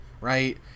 Right